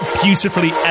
beautifully